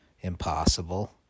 impossible